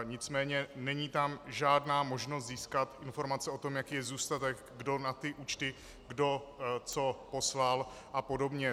Nicméně není tam žádná možnost získat informace o tom, jaký je zůstatek, kdo na ty účty co poslal a podobně.